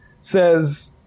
says